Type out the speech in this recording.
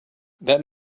that